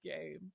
game